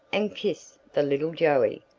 and kissed the little joey,